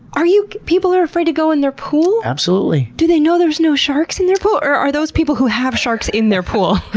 are people are afraid to go in their pool? absolutely. do they know there's no sharks in their pool? or are those people who have sharks in their pool?